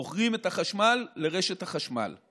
מוכרים את החשמל לרשת החשמל.